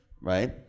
Right